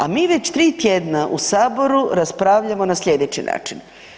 A mi već 3 tjedna u saboru raspravljamo na sljedeći način.